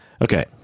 Okay